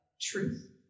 truth